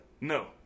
No